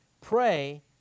Pray